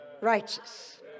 righteous